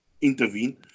intervene